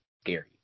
scary